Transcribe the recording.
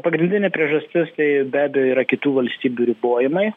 pagrindinė priežastis tai be abejo yra kitų valstybių ribojimai